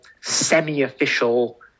semi-official